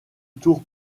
tour